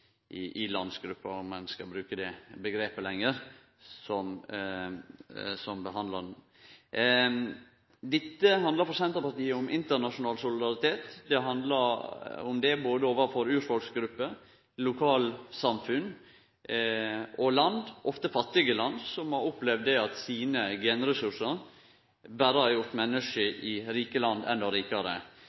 i i-landsgruppa – om ein skal bruke det omgrepet lenger – med å behandle han. Dette handlar for Senterpartiet om internasjonal solidaritet overfor urfolksgrupper, lokalsamfunn og land – ofte fattige land – som har opplevd at genressursane deira berre har gjort menneske i rike land enda rikare.